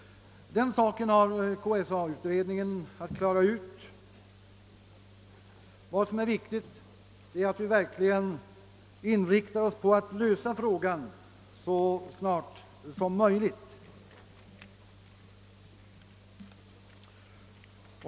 Den saken har KSA-utredningen att klara ut. Vad som är viktigt är att vi inriktar oss på att lösa frågan så snart som möjligt.